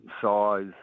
size